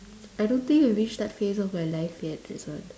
I don't think I reached that phase of my life yet that's why